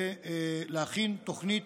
ולהכין תוכנית.